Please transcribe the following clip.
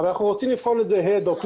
אנחנו רוצים לבחון את זה אד-הוק,